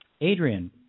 Adrian